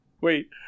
Wait